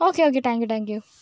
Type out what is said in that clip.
okay okay thank you thank you